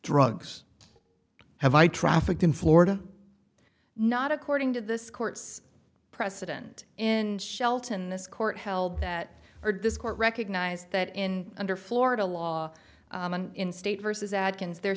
drugs have i trafficked in florida not according to this court's precedent in shelton this court held that are this court recognized that in under florida law in state versus adkins there